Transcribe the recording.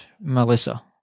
Melissa